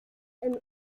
ein